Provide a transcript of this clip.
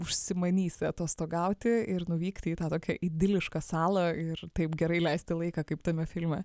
užsimanysi atostogauti ir nuvykti į tą tokią idilišką salą ir taip gerai leisti laiką kaip tame filme